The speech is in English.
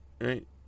right